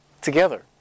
together